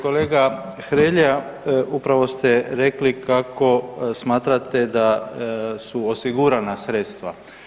Kolega Hrelja upravo ste rekli kako smatrate da su osigurana sredstva.